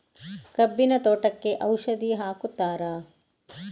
ಕಬ್ಬಿನ ತೋಟಕ್ಕೆ ಔಷಧಿ ಹಾಕುತ್ತಾರಾ?